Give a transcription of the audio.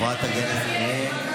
אני לא רוצה.